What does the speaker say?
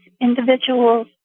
individuals